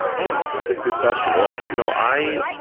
oh! that's a good question. well, you know i